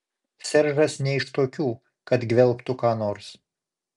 seržas ne iš tokių kad gvelbtų ką nors